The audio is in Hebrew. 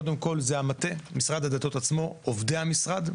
קודם כל זה המטה, משרד הדתות עצמו, עובדי המשרד.